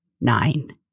nine